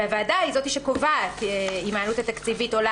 הוועדה היא זאת שקובעת אם העלות התקציבית עולה